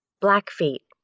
Blackfeet